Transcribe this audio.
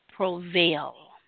prevail